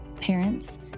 Parents